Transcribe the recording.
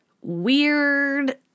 weird